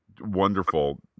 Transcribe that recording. wonderful